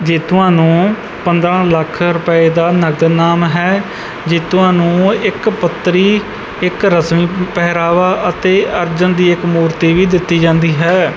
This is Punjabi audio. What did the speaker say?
ਜੇਤੂਆਂ ਨੂੰ ਪੰਦਰਾਂ ਲੱਖ ਰੁਪਏ ਦਾ ਨਕਦ ਇਨਾਮ ਹੈ ਜੇਤੂਆਂ ਨੂੰ ਇੱਕ ਪੱਤਰੀ ਇੱਕ ਰਸਮੀ ਪਹਿਰਾਵਾ ਅਤੇ ਅਰਜੁਨ ਦੀ ਇੱਕ ਮੂਰਤੀ ਵੀ ਦਿੱਤੀ ਜਾਂਦੀ ਹੈ